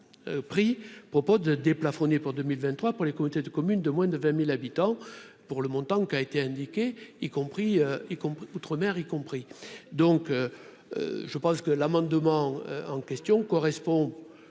propos de déplafonner pour 2023 pour les communautés de communes de moins de 20000 habitants pour le montant qui a été indiqué, y compris, y compris outre-mer y compris, donc je pense que l'amendement en question correspond